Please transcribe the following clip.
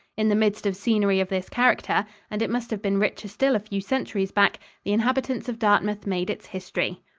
in the midst of scenery of this character and it must have been richer still a few centuries back the inhabitants of dartmouth made its history.